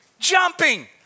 jumping